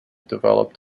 developed